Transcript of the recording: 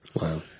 Wow